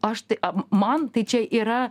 aš tai man tai čia yra